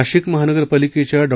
नाशिक महानगरपालिकेच्या डॉ